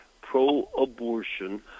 pro-abortion